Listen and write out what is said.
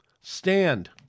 Stand